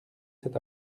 cet